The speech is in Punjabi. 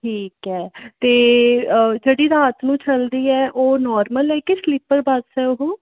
ਠੀਕ ਹੈ ਅਤੇ ਜਿਹੜੀ ਰਾਤ ਨੂੰ ਚਲਦੀ ਹੈ ਉਹ ਨੋਰਮਲ ਹੈ ਕਿ ਸਲੀਪਰ ਬੱਸ ਹੈ ਉਹ